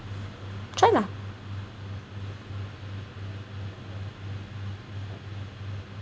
try lah